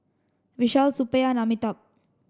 Vishal Suppiah Amitabh